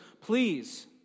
please